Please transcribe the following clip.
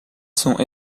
sont